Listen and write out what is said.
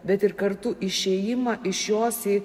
bet ir kartu išėjimą iš jos į